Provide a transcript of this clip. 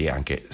Anche